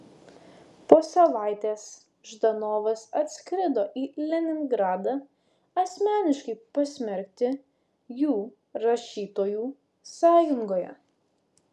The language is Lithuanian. po savaitės ždanovas atskrido į leningradą asmeniškai pasmerkti jų rašytojų sąjungoje